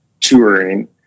touring